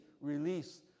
release